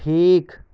ঠিক